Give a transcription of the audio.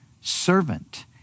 servant